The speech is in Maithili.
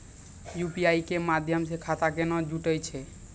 यु.पी.आई के माध्यम से खाता केना जुटैय छै?